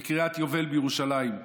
בקריית יובל בירושלים.